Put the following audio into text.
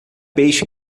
peixe